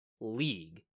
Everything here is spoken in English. league